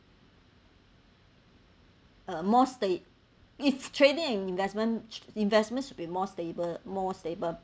a more sta~ if trading and investment investments should be more stable more stable